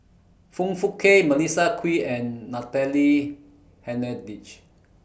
Foong Fook Kay Melissa Kwee and Natalie Hennedige